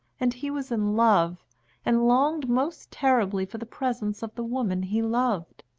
and he was in love and longed most terribly for the presence of the woman he loved.